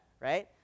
right